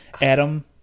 Adam